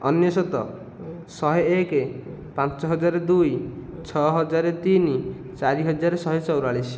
ଅନେଶତ ଶହେ ଏକ ପାଞ୍ଚ ହଜାର ଦୁଇ ଛଅ ହଜାର ତିନି ଚାରି ହଜାର ଶହେ ଚଉରାଳିଶ